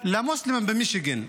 למוסלמים במישיגן.